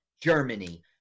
germany